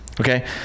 okay